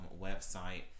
website